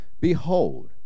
Behold